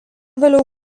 vėliau